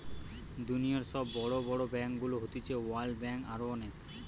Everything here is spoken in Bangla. দুনিয়র সব বড় বড় ব্যাংকগুলো হতিছে ওয়ার্ল্ড ব্যাঙ্ক, আরো অনেক